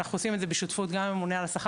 ואנחנו עושים את זה בשותפות גם עם הממונה על השכר